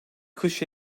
kış